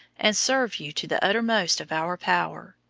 and serve you to the uttermost of our power.